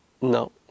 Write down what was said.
No